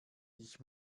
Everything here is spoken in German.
ich